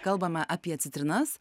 kalbame apie citrinas